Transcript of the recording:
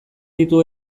ditu